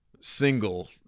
single